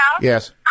Yes